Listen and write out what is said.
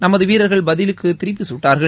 நமது வீரர்கள் பதிலுக்கு திருப்பி சுட்டார்கள்